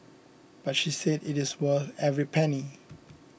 but she said it is worth every penny